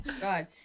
God